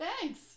thanks